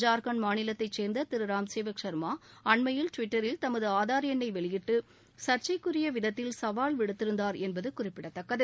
ஜார்க்கண்ட் மாநிலத்தைச் சேர்ந்த திரு ராம் சேவக் சர்மா அண்மையில் டிவிட்டரில் தமது ஆதார் எண்ணை வெளியிட்டு சா்ச்சைக்குரிய விதத்தில் சவால் விடுத்திருந்தாா் என்பது குறிப்பிடத்தக்கது